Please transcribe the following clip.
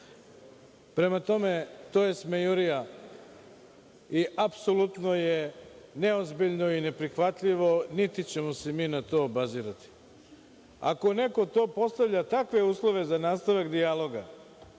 Prema tome, to je smejurija i apsolutno je neozbiljno i neprihvatljivo, niti ćemo se mi na to obazirati. Ako neko to postavlja, takve uslove za nastavak dijaloga,